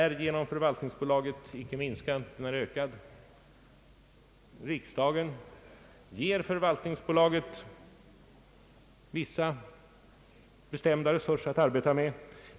ett statligt förvaltningsbolag m.m. ningsbolagets tillkomst inte minskas utan ökas. Riksdagen ger förvaltningsbolaget vissa bestämda resurser att arbeta med.